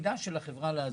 תפקידה של החברה לעזור.